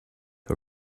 her